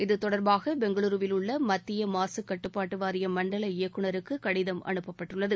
இத்தொடர்பாக பெங்களுருவில் உள்ள மத்திய மாசுக் கட்டுப்பாட்டு வாரிய மண்டல இயக்குநருக்கு கடிதம் அனுப்பப்பட்டுள்ளது